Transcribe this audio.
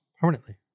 permanently